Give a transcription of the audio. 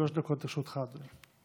שלוש דקות לרשותך, אדוני.